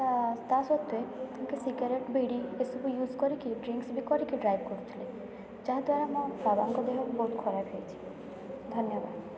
ତା ତା ସତ୍ତ୍ବେ ତାଙ୍କେ ସିଗାରେଟ୍ ବିଡ଼ି ଏ ସବୁ ୟୁଜ୍ କରିକି ଡ୍ରିଙ୍କସ୍ ବି କରିକି ଡ୍ରାଇଭ୍ କରୁଥିଲେ ଯାହା ଦ୍ଵାରା ମୋ ବାପାଙ୍କ ଦେହ ବହୁତ ଖରାପ ହୋଇଛି ଧନ୍ୟବାଦ